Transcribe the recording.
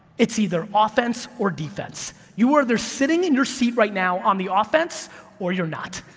it's either offense or defense, you are there sitting in your seat right now on the offense or you're not,